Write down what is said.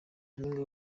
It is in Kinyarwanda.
nyampinga